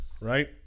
Right